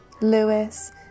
lewis